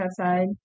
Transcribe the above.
outside